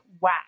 wow